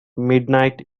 midnight